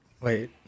Wait